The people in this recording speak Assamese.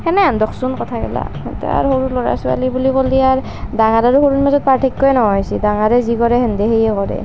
সেনেহেন দ'কচোন কথাবিলাক তাতে আৰু সৰু ল'ৰা ছোৱালী বুলি কলি আৰু ডাঙৰ আৰু সৰুৰ মাজত পাৰ্থক্যই নোহোৱা হৈছি ডাঙৰে যি কৰে সেহেঁতেই সিয়ে কৰে